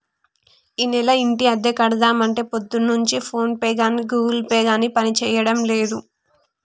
ఈనెల ఇంటి అద్దె కడదామంటే పొద్దున్నుంచి ఫోన్ పే గాని గూగుల్ పే గాని పనిచేయడం లేదు